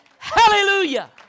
Hallelujah